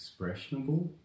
expressionable